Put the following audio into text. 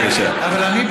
אבל אני,